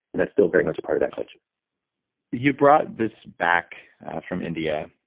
and that's still very much a part of that culture you brought this back from india,